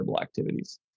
activities